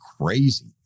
crazy